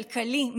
כלכלי,